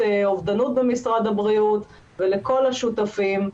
אובדנות במשרד הבריאות ולכל השותפים,